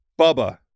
Bubba